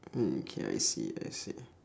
mm okay I see I see